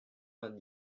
vingt